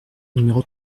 numéro